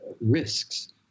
risks